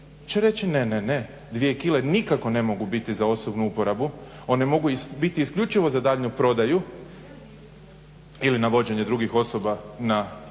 će reći ne, ne dvije kg nikako ne mogu biti za osobnu uporabu, one mogu biti isključivo za daljnju prodaju ili navođenje drugih osoba na